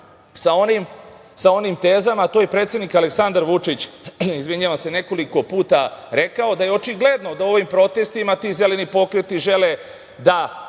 sa onim tezama, a to je predsednik Aleksandar Vučić nekoliko puta rekao, da je očigledno da u ovim protestima ti zeleni pokreti žele da